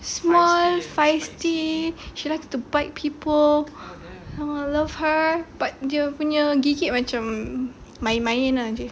small feisty she likes to bite people oh I love her but dia punya gigit macam main-main ah